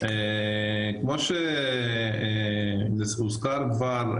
כמו שהוזכר כבר,